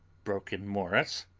broke in morris.